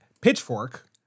Pitchfork